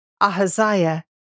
Ahaziah